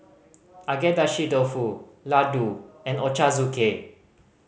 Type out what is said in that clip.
Agedashi Dofu Ladoo and Ochazuke